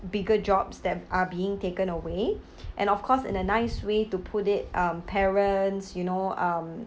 bigger jobs that are being taken away and of course in a nice way to put it um parents you know um